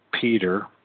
Peter